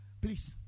please